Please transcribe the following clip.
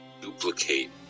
duplicate